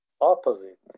opposite